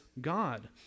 God